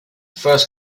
first